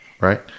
right